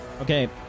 Okay